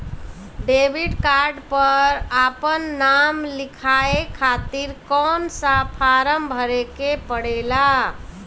Debit card पर आपन नाम लिखाये खातिर कौन सा फारम भरे के पड़ेला?